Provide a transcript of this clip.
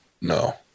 no